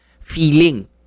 feeling